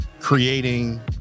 creating